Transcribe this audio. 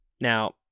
now